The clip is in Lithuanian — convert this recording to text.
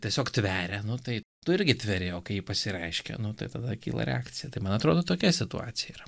tiesiog tveria nu tai tu irgi tveri o kai ji pasireiškia nuo tai tada kyla reakcija tai man atrodo tokia situacija yra